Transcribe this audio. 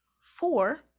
four